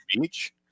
beach